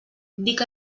dic